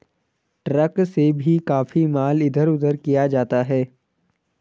truck से भी काफी माल इधर उधर किया जाता है